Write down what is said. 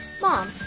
Mom